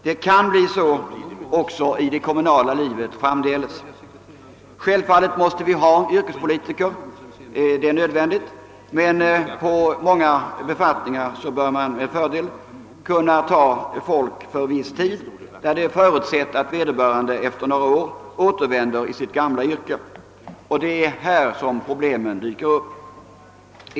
Det kan bli så även i det kommunala livet framdeles. Självfallet måste vi ha yrkespolitiker, men på många befattningar bör man med fördel kunna anlita personer för viss tid och förutsätta att de efter några år återvänder till sitt gamla yrke. Det är här problemen dyker upp.